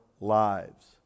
lives